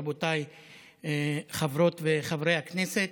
רבותיי חברות וחברי הכנסת,